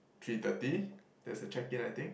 three thirty that's the check in I think